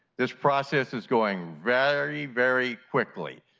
this process is going very very quickly.